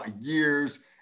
years